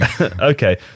Okay